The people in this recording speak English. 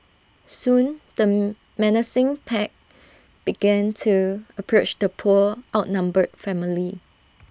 soon the menacing pack began to approach the poor outnumbered family